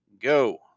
go